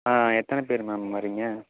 ஆ எத்தனை பெயரு மேம் வரிங்க